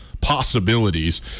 possibilities